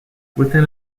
within